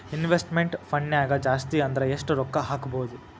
Investment ಫಂಡ್ನ್ಯಾಗ ಜಾಸ್ತಿ ಅಂದ್ರ ಯೆಷ್ಟ್ ರೊಕ್ಕಾ ಹಾಕ್ಬೋದ್?